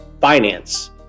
finance